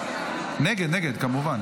נגד, נגד, כמובן.